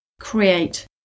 create